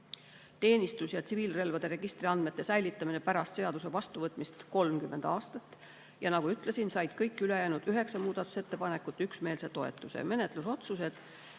teenistus‑ ja tsiviilrelvade registri andmete säilitamine pärast seaduse vastuvõtmist 30 aastat. Nagu ma ütlesin, said kõik ülejäänud üheksa muudatusettepanekut üksmeelse toetuse. Menetlusotsused: